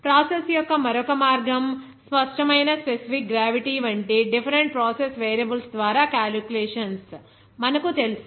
process యొక్క మరొక మార్గం స్పష్టమైన స్పెసిఫిక్ గ్రావిటీ వంటి డిఫెరెంట్ ప్రాసెస్ వేరియబుల్స్ ద్వారా క్యాలిక్యులేషన్స్ మనకు తెలుసు